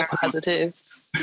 Positive